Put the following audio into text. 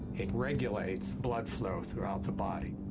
it regulates blood flow throughout the body.